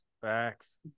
Facts